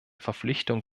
verpflichtung